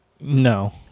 No